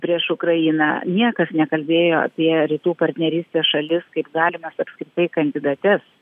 prieš ukrainą niekas nekalbėjo apie rytų partnerystės šalis kaip galimas apskritai kandidates